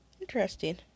Interesting